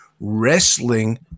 wrestling